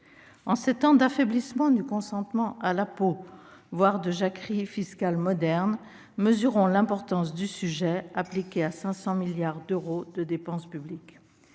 En ces temps d'affaiblissement du consentement à l'impôt, voire de jacquerie fiscale moderne, mesurons l'importance du sujet, appliqué à 500 milliards d'euros de dépenses publiques